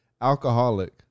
alcoholic